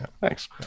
thanks